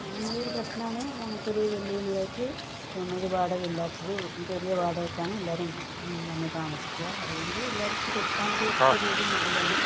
ഈയൊരു പ്രശ്നമാണ് നമുക്കൊരു വെല്ലുവിളിയായിട്ട് തോന്നുന്നത് വാടക ഇല്ലാത്തത് ചെറിയൊരു വാടകയ്ക്കാണ് എല്ലാവരും വന്നു താമസിക്കുക അതുകൊണ്ട് എല്ലാവർക്കും കൊടുക്കാൻ ഒരു ചെറിയൊരു മടിയാണ്